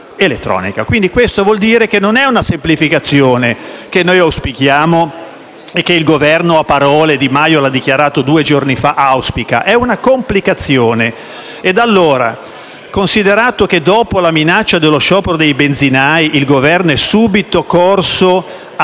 Questo vuol dire che non è la semplificazione che auspichiamo e che il Governo, a parole - Di Maio lo ha dichiarato due giorni fa - auspica; è una complicazione. Considerato che, dopo la minaccia dello sciopero dei benzinai, il Governo è subito corso a